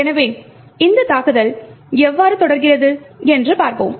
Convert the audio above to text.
எனவே இந்த தாக்குதல் எவ்வாறு தொடர்கிறது என்று பார்ப்போம்